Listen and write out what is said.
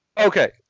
Okay